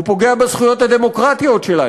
הוא פוגע בזכויות הדמוקרטיות שלנו.